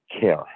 care